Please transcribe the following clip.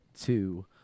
two